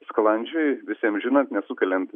sklandžiai visiem žinant nesukeliant